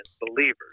believers